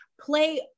play